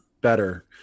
better